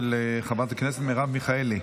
של חברת הכנסת מרב מיכאלי.